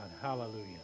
Hallelujah